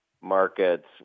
markets